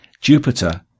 Jupiter